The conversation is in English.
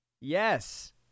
Yes